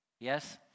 yes